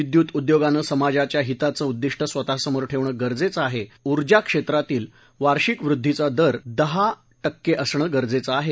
विद्युत उद्योगानं समाजाच्या हिताचं उद्विष्ट स्वतः समोर ठेवणं गरजेचं आहे ऊर्जा क्षेत्रातील वार्षिक वृध्दीचा दर दहा क्के असणं गरजेचं आहे